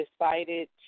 decided